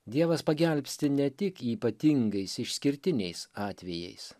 dievas pagelbsti ne tik ypatingais išskirtiniais atvejais